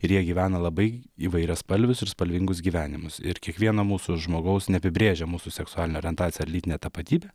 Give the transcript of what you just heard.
ir jie gyvena labai įvairiaspalvius ir spalvingus gyvenimus ir kiekvieną mūsų žmogaus neapibrėžia mūsų seksualinė orientacija ar lytinė tapatybė